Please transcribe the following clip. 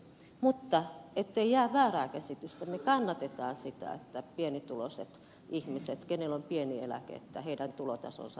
mutta ettei jää väärää käsitystä me kannatamme sitä että pienituloisten ihmisten joilla on pieni eläke tulotaso nousee